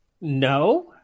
No